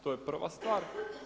To je prva stvar.